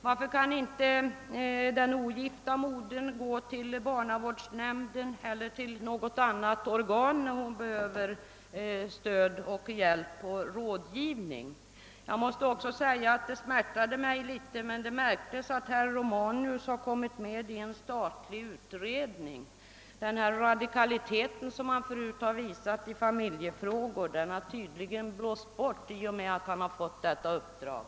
Varför kan inte den ogifta modern gå till barnavårdsnämnden eller till något annat organ när hon behöver stöd, hjälp och rådgivning? Det smärtar mig litet att behöva säga det, men det märktes att herr Romanus har kommit med i en statlig utredning. Den radikalism som han tidigare har visat i familjefrågor har tydligen försvunnit i och med att han fått detta uppdrag.